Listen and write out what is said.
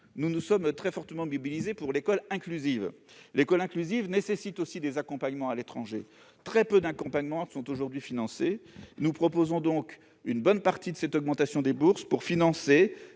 nous nous sommes très fortement mobilisés pour l'école inclusive, laquelle nécessite aussi des accompagnements à l'étranger. Or très peu de ces aides sont aujourd'hui financées. Nous proposons donc qu'une bonne partie de cette augmentation des bourses soit utilisée